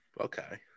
Okay